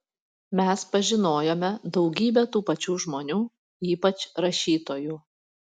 mes pažinojome daugybę tų pačių žmonių ypač rašytojų